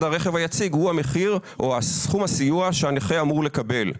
הרכב היציג הוא המחיר או סכום הסיוע שהנכה אמור לקבל.